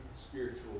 spiritual